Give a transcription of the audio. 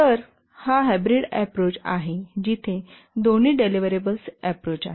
तर हा hybrid approach आहे जिथे दोन्ही डिलिव्हरेबल्स अप्रोच आहेत